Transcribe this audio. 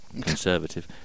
Conservative